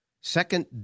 second